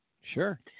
Sure